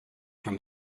from